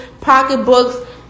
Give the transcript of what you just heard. pocketbooks